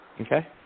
okay